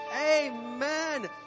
Amen